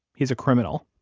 he's a criminal.